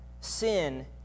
sin